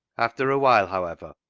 after a while, however,